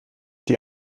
die